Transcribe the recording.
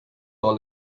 all